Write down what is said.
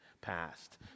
past